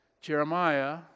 Jeremiah